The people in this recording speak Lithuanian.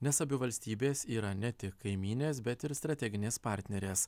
nes abi valstybės yra ne tik kaimynės bet ir strateginės partnerės